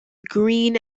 green